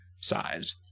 size